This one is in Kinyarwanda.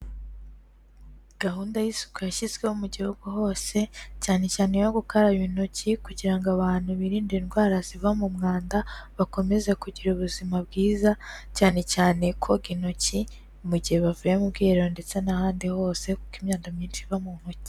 Gahunda y'isuku yashyizweho mu gihugu hose, cyane cyane iyo gukaraba intoki kugira ngo abantu biririnde indwara ziva mu mwanda, bakomeze kugira ubuzima bwiza, cyane cyane koga intoki mu gihe bavuye mu bwiherero ndetse n'ahandi hose, kuko imyakada myinshi iba mu ntoki.